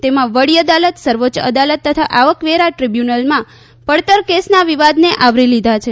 તેમાં વડી અદાલત સર્વોચ્ય અદાલત તથા આવકવેરા ટ્રીબ્યુનલમાં પડતર કેસના વિવાદને આવરી લીધા છે